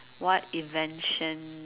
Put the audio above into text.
what invention